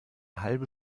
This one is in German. halbe